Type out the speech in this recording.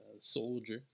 soldier